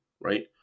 right